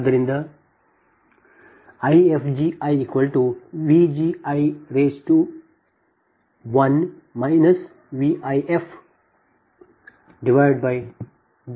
ಆದ್ದರಿಂದ IfgiVgi VifjxgijxTi